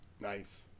Nice